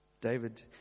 David